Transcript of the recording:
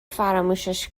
فراموشش